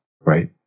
right